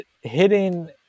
hitting